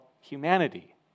humanity